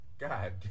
God